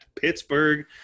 Pittsburgh